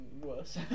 Worse